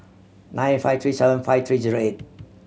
nine five three seven five three zero eight